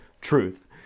truth